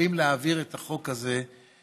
מסוגלים להעביר את החוק הזה,